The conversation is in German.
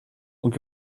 und